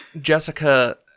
Jessica